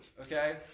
okay